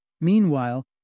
Meanwhile